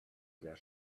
their